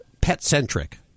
pet-centric